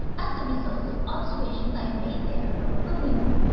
as a result of observations i made there from a balloon.